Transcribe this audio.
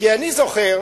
כי אני זוכר